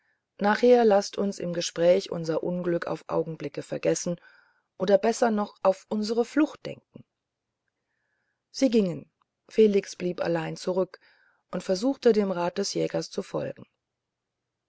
nachher laßt uns im gespräch unser unglück auf augenblicke vergessen oder besser noch auf unsere flucht denken sie gingen felix blieb allein zurück und versuchte dem rat des jägers zu folgen